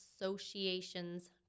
association's